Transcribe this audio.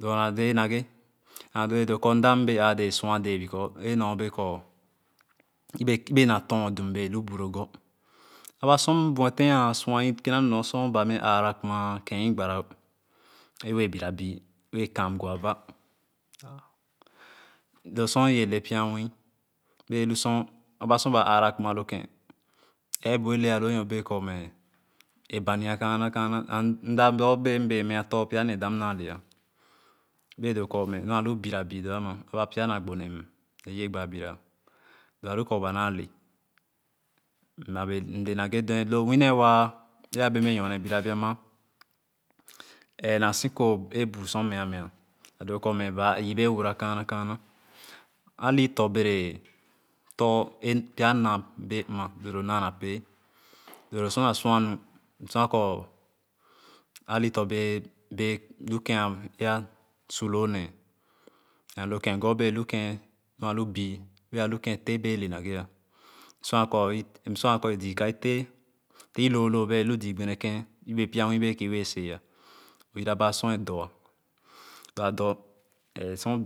Dornadéé nage abẽẽ dork mda mmbẽẽ suãdẽẽ ns bẽẽkõ yebẽ natõdum bẽẽlu borgor abasor mbuẽ fẽn suã ikinanu sor ba me buetẽn aara kuma keẽ igbara wee birabii ne kam iguava sor iweele pianwii aba sor ba aara kuma loo ke eẽbu elealoo nyornebee kõ a bania. kããna kããna nyorbeekõ mda m bẽẽ mẽa tõ pianeedam naalẽa a bẽẽ dõõ kõ sor birabii aba pia nagbo ne mm lo alu bẽẽ kõ ba naale m le nage lo nwii neewa bẽẽ mẽnyornee birabii lu na kõõ dẽẽ memẽa a dõõ kõõ bãã ii bee wura kããna kããna aliitõ bereto pia nam bee mma dõõdõõ naana pẽẽ dõõdõõ sor a suanua aliitõ bẽẽ lu kea suloone aloo kegor bẽẽ lu nu alubii bea lukẽn tẽ bẽẽle nagẽa m sua kor tẽlloolõõ beele a yebe piamvii bẽẽ kiowee aseeya kẽe sa o yiiraba sor a dõ aa loo adõ sa o